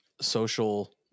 social